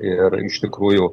ir iš tikrųjų